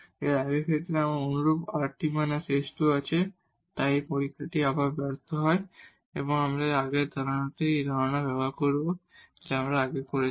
এবং আগের ক্ষেত্রে আমরা অনুরূপ rt − s2 আছে তাই এই পরীক্ষাটি আবার ব্যর্থ হয় এবং আমরা একই ধারণাটি একই ধরনের ধারণা ব্যবহার করব যা আমরা আগে করেছি